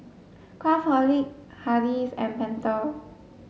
Craftholic Hardy's and Pentel